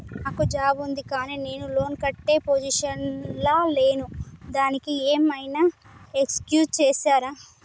నాకు జాబ్ ఉంది కానీ నేను లోన్ కట్టే పొజిషన్ లా లేను దానికి ఏం ఐనా ఎక్స్క్యూజ్ చేస్తరా?